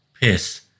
piss